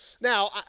Now